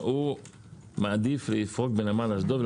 הוא מעדיף לפרוק בנמל אשדוד,